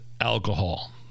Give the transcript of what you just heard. alcohol